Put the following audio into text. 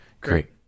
great